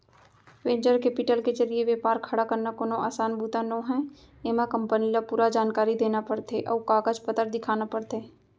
venture capital के जरिए बेपार खड़ा करना कोनो असान बूता नोहय एमा कंपनी ल पूरा जानकारी देना परथे अउ कागज पतर दिखाना परथे